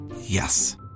Yes